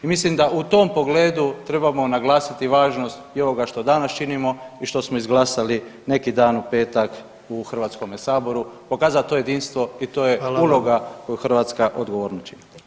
I mislim da u tom pogledu trebamo naglasiti važnost i ovoga što danas činimo i što smo izglasali neki dan u petak u Hrvatskome saboru, pokazat to jedinstvo [[Upadica: Hvala vam.]] i to je uloga koju Hrvatska odgovorno čini.